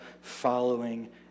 following